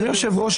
אדוני היושב-ראש,